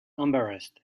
embarrassed